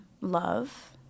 love